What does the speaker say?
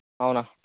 అవునా